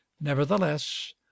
nevertheless